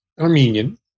Armenian